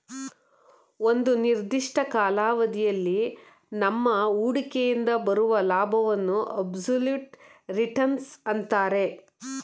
ಒಂದು ನಿರ್ದಿಷ್ಟ ಕಾಲಾವಧಿಯಲ್ಲಿ ನಮ್ಮ ಹೂಡಿಕೆಯಿಂದ ಬರುವ ಲಾಭವನ್ನು ಅಬ್ಸಲ್ಯೂಟ್ ರಿಟರ್ನ್ಸ್ ಅಂತರೆ